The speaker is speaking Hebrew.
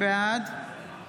בעד